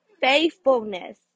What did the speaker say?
faithfulness